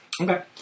Okay